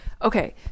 Okay